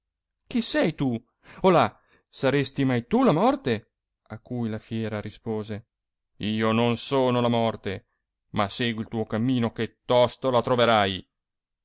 chi sei tu olà saresti mai tu la morte a cui la fiera rispose io non sono la morte ma segui il tuo cammino che tosto la troverai